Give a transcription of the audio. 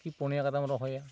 ᱠᱤ ᱯᱩᱱᱭᱟ ᱠᱟᱛᱮᱢ ᱨᱚᱦᱚᱭᱟ